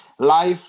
life